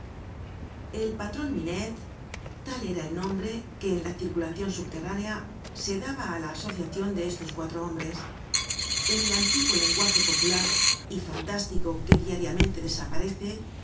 el patron minette tal era el nombre que en la circulacion subterránea se daba á la asociacion de estos cuatro hombres en el antiguo lenguaje popular y fantástico que diariamente desaparece